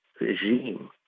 regime